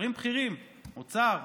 שרים בכירים, אוצר,